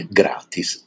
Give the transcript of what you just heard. gratis